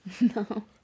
No